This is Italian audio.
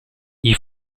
gli